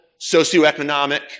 socioeconomic